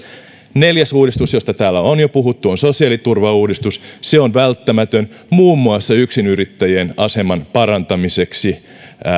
neljäs uudistus josta täällä on jo puhuttu on sosiaaliturvauudistus se on välttämätön muun muassa yksinyrittäjien aseman parantamiseksi